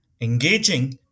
engaging